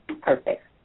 Perfect